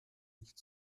nicht